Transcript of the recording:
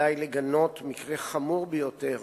עלי לגנות מקרה חמור ביותר